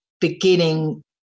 beginning